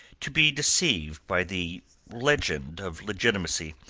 to be deceived by the legend of legitimacy,